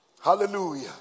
Hallelujah